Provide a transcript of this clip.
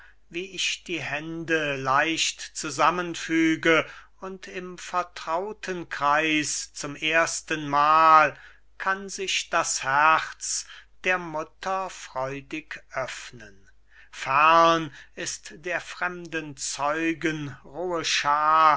wie ich die hände leicht zusammenfüge und im vertrauten kreis zum erstenmal kann sich das herz der mutter freudig öffnen fern ist der fremden zeugen rohe schaar